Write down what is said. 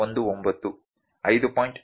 19 5